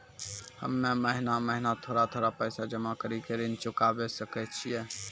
हम्मे महीना महीना थोड़ा थोड़ा पैसा जमा कड़ी के ऋण चुकाबै सकय छियै?